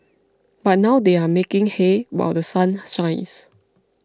but now they are making hay while The Sun shines